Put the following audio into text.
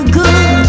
good